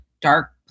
dark